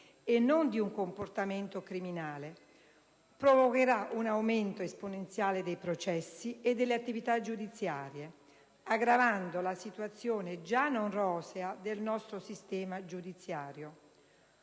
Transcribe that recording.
e non di un comportamento criminale, provocherà un aumento esponenziale dei processi e delle attività giudiziarie, aggravando la situazione già non rosea del nostro sistema giudiziario.